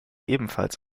ebenfalls